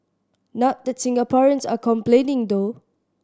not that Singaporeans are complaining though